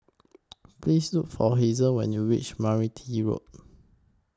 Please Look For Hazle when YOU REACH Meranti Road